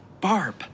Barb